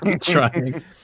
trying